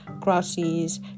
crosses